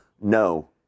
no